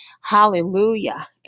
Hallelujah